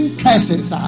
curses